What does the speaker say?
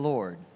Lord